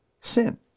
sin